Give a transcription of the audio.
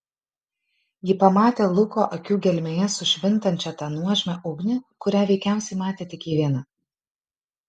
ji pamatė luko akių gelmėje sušvintančią tą nuožmią ugnį kurią veikiausiai matė tik ji viena